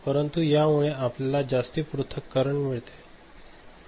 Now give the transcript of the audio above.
परंतु या मुले आपल्याला जास्त पृथक्करण मिळते